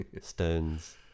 Stones